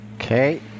Okay